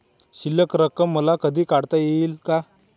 शिल्लक रक्कम मला कधी काढता येईल का?